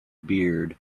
beard